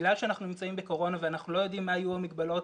בגלל שאנחנו נמצאים בקורונה ואנחנו לא יודעים מה יהיו המגבלות